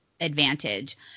advantage